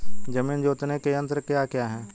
जमीन जोतने के यंत्र क्या क्या हैं?